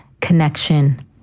connection